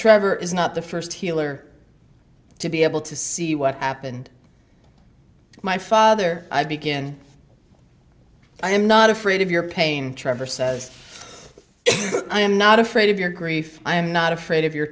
trevor is not the first healer to be able to see what happened my father i begin i am not afraid of your pain trevor says but i am not afraid of your grief i am not afraid of your